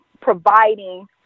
providing